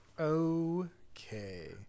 Okay